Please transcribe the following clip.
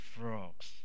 frogs